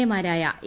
A മാരായ A